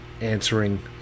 answering